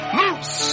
loose